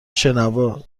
شنوا